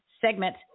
segment